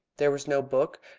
there was no book,